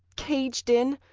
caged in,